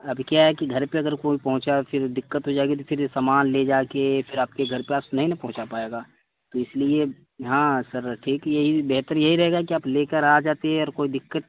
ابھی کیا ہے کہ گھر پہ اگر کوئی پہنچا پھر دقت ہو جائے گی تو پھر سامان لے جا کے پھر آپ کے گھر تک نہیں نا پہنچا پائے گا تو اس لیے ہاں سر ٹھیک یہی بہتر یہی رہے گا کہ آپ لے کر آ جاتے اور کوئی دقت